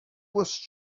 was